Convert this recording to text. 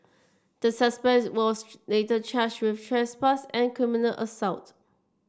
the suspect was later charged with trespass and criminal assault